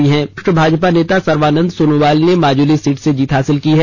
मुख्यमंत्री और वरिष्ठ भाजपा नेता सर्बानन्द सोनोवाल ने माजुली सीट से जीत हासिल की है